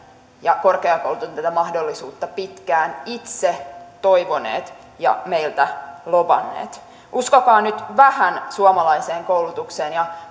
ja korkeakoulut ovat tätä mahdollisuutta pitkään itse toivoneet ja meiltä lobanneet uskokaa nyt vähän suomalaiseen koulutukseen ja